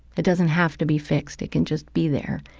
it doesn't have to be fixed. it can just be there.